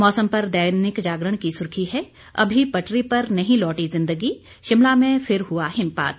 मौसम पर दैनिक जागरण की सुर्खी है अभी पटरी पर नहीं लौटी जिंदगी शिमला में फिर हआ हिमपात